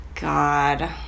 god